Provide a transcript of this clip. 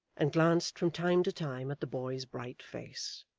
and glanced from time to time at the boy's bright face.